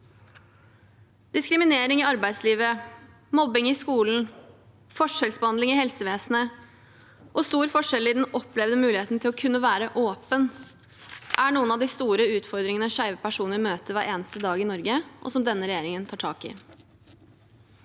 Diskriminering i arbeidslivet, mobbing i skolen, forskjellsbehandling i helsevesenet og stor forskjell i den opplevde muligheten til å kunne være åpen, det er noen av de store utfordringene skeive personer møter hver eneste dag i Norge, og som denne regjeringen tar tak i.